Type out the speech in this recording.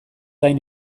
gain